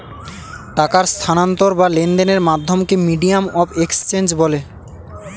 টাকার স্থানান্তর বা লেনদেনের মাধ্যমকে মিডিয়াম অফ এক্সচেঞ্জ বলে